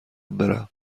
برم